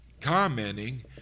commenting